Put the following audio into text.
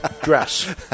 dress